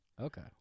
Okay